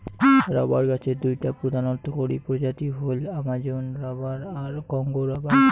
rubber গছের দুইটা প্রধান অর্থকরী প্রজাতি হইল অ্যামাজোন রবার আর কংগো রবার